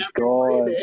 god